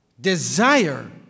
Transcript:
desire